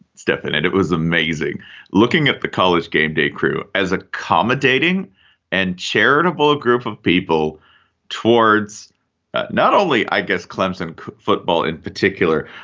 stefan, and it was amazing looking at the college gameday crew as accommodating and charitable a group of people towards not only, i guess, clemson football in particular,